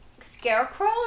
scarecrow